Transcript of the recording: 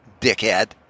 dickhead